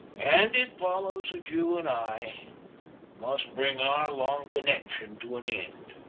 and it follows that you and i must bring our long connection to an end.